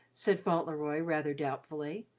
said fauntleroy, rather doubtfully.